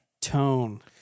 tone